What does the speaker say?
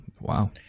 wow